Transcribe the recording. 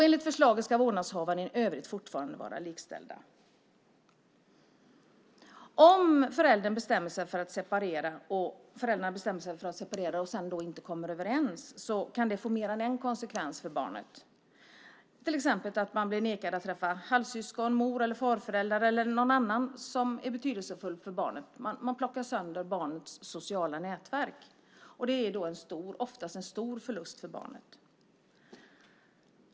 Enligt förslaget ska vårdnadshavarna i övrigt fortfarande vara likställda. Om föräldrarna bestämmer sig för att separera och sedan inte kommer överens kan det få mer än en konsekvens för barnet, till exempel att barnet nekas att träffa halvsyskon, mor eller farföräldrar eller någon annan som är betydelsefull för barnet. Man plockar sönder barnets sociala nätverk, och det är oftast en stor förlust för barnet.